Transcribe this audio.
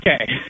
okay